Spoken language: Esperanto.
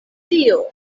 dio